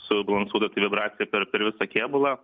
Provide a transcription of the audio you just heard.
subalansuota tai vibracija per per visą kėbulą